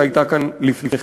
שהייתה כאן לפני כן,